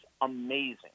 amazing